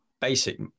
basic